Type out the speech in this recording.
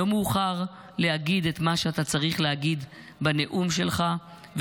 לא מאוחר להגיד את מה שאתה צריך להגיד בנאום שלך,